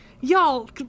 y'all